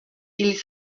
ils